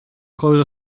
close